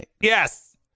Yes